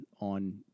on